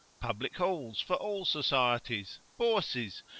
public halls for all societies, bourses,